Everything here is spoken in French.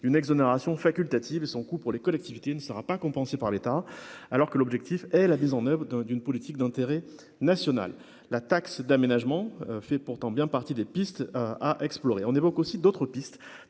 d'une exonération faculté. Si son coût pour les collectivités ne sera pas compensée par l'État, alors que l'objectif est la mise en oeuvre d'un d'une politique d'intérêt national, la taxe d'aménagement fait pourtant bien partie des pistes à explorer, on évoque aussi d'autres pistes